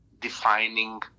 defining